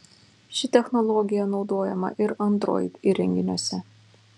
ši technologija naudojama ir android įrenginiuose